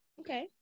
okay